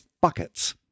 buckets